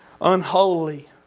unholy